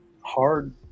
hard